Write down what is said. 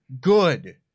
good